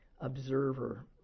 observer